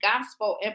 gospel